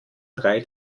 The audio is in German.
drei